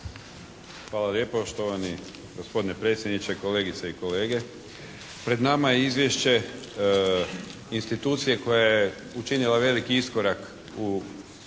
Hvala lijepo štovani gospodine predsjedniče. Kolegice i kolege, pred nama je Izvješće institucije koja je učinila veliki iskorak u